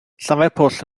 llanfairpwll